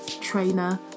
trainer